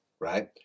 right